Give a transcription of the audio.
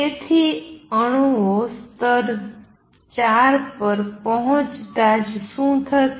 તેથી અણુઓ સ્તર ૪ પર પહોંચતાં જ શું થશે